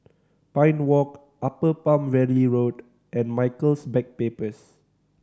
Pine Walk Upper Palm Valley Road and Michaels Backpackers